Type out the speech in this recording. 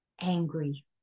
angry